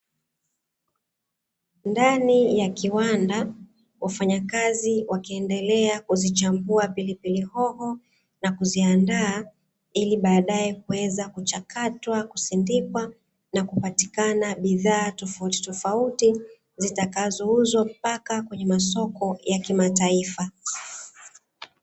Ndani ya kiwanda, wafanyakazi wakiendelea kuzichambua pilipili hoho na kuziandaa ili baadaye kuweza kuchakatwa, kusindikiwa na kupatikana bidhaa tofautitofauti, zitakazouzwa mpaka kwenye masoko ya kimataifa.